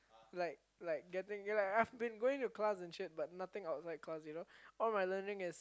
like like getting I've been going to class and shit but nothing outside class you know all my learning is